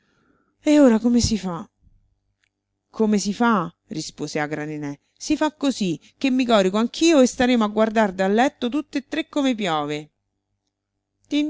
domanda e ora come si fa come si fa rispose agra nené si fa così che mi corico anch'io e staremo a guardar dal letto tutte e tre come piove